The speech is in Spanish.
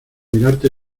mirarte